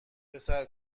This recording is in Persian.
پسر